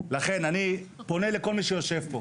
לכן אני פונה לכל מי שיושב פה.